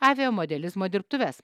aviamodelizmo dirbtuves